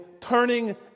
turning